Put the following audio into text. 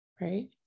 right